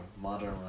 modern